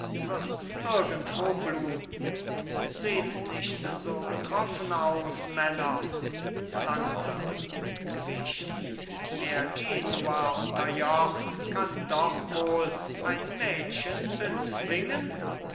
wird irgendwo bluten seht nicht so betroffen aus männer langsam mit gewicht wer genua unterjocht kann doch wohl ein mädchen bezwingen